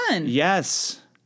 Yes